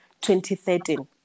2013